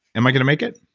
am i gonna make it?